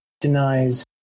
denies